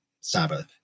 Sabbath